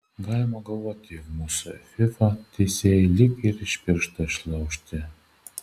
galima galvoti jog mūsų fifa teisėjai lyg ir iš piršto išlaužti